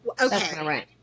okay